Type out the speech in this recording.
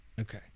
Okay